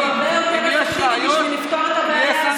והוא הרבה יותר אפקטיבי בשביל לפתור את הבעיה הזאת.